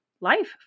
life